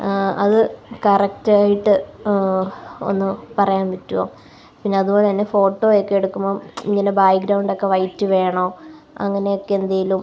അത് കറക്റ്റായിട്ട് ഒന്ന് പറയാന് പറ്റുവോ പിന്നതുപോലെ തന്നെ ഫോട്ടോയൊക്കെ എടുക്കുമ്പം ഇങ്ങനെ ബാക്ക്ഗ്രൗണ്ടൊക്കെ വൈറ്റ് വേണോ അങ്ങനെ ഒക്കെ എന്തേലും